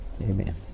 Amen